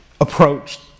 approached